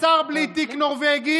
יושב שר בלי תיק, נורבגי,